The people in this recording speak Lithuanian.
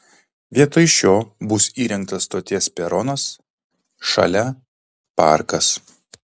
vietoj šio bus įrengtas stoties peronas šalia parkas